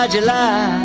July